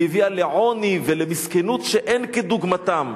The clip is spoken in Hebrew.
והיא הביאה לעוני ולמסכנות שאין כדוגמתם.